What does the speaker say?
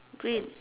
green